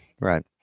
Right